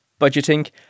budgeting